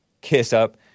kiss-up